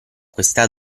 questa